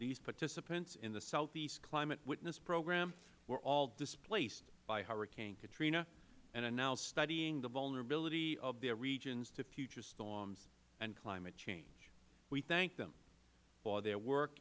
these participants in the southeast climate witness program were all displaced by hurricane katrina and are now studying the vulnerability of their regions to future storms and climate change we thank them for their work